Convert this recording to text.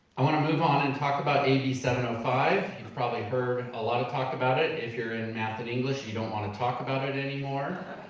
i wanna move on and talk about a b seven zero five. you've probably heard a lot of talk about it. if you're in math and english, you don't wanna talk about it anymore.